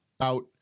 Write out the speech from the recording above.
out